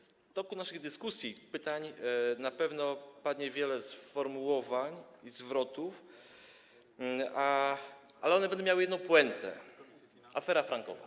W toku naszych dyskusji, pytań na pewno padnie wiele sformułowań i zwrotów, ale one będą miały jedną puentę - afera frankowa.